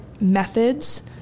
methods